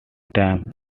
time